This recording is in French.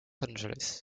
angeles